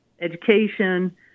education